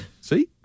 See